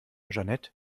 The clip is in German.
jeanette